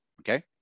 Okay